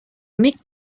mick